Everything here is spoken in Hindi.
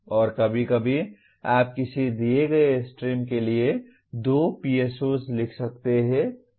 और कभी कभी आप किसी दिए गए स्ट्रीम के लिए 2 PSOs लिख सकते हैं